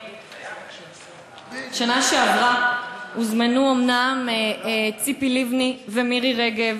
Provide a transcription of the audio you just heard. בשנה שעברה הוזמנו אומנם ציפי לבני ומירי רגב,